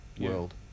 world